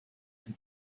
des